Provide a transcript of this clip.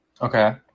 Okay